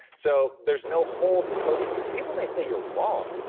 so there's no hole to poke in you. people may say you're wrong,